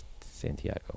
Santiago